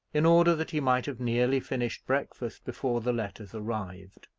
in order that he might have nearly finished breakfast before the letters arrived.